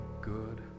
good